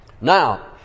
Now